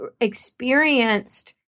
experienced